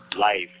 Life